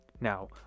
Now